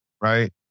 Right